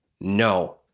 No